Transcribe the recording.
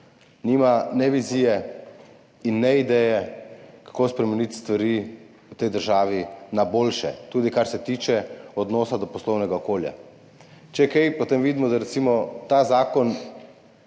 nima vizije in ideje, kako spremeniti stvari v tej državi na boljše, tudi kar se tiče odnosa do poslovnega okolja. Če kaj, potem vidimo, da recimo ta zakon,